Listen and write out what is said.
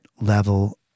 level